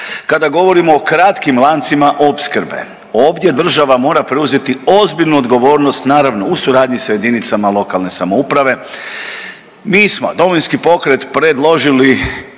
Kada govorimo o kratkim lancima opskrbe, ovdje država mora preuzeti ozbiljnu odgovornost, naravno u suradnji sa jedinicama lokalne samouprave. Mi smo Domovinski pokret predložili